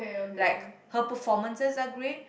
like her performances are great